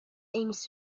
aims